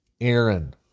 Aaron